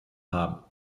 haben